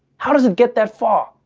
how does it get that far?